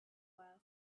world